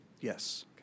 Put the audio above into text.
Yes